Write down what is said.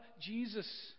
Jesus